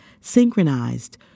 synchronized